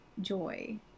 joy